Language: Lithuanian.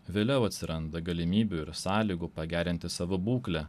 vėliau atsiranda galimybių ir sąlygų pagerinti savo būklę